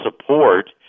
support